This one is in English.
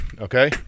okay